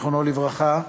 זכרו לברכה,